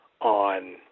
on